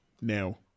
now